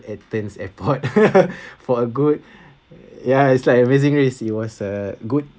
athens airport for a good ya it's like amazing race it was uh good